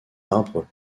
arbres